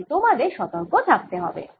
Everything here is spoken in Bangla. তাই তোমাদের সতর্ক থাকতে হবে